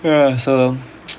ya so